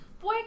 Boy